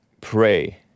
Pray